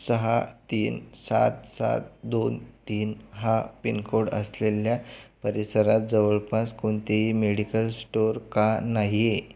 सहा तीन सात सात दोन तीन हा पिनकोड असलेल्या परिसरात जवळपास कोणतेही मेडिकल स्टोअर का नाहीये